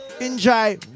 enjoy